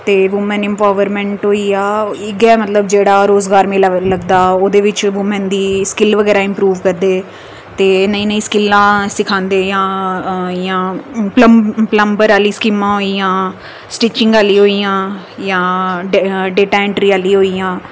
ते women empowerment होई गेआ जां इ'यै मतलब जेह्ड़ा रोजगार मेला लगदा ओह्दे बिच वूमेन दी स्किल बगैरा इम्परूव करदे ते नेई नेई स्किलां सिखांदे यां इ'यां पल्म पल्मबर आह्ली स्कीमां होई गेइयां स्टिचंग आह्ली होई गेइयां जां डेटा ऐंट्री आह्ली होई गेइयां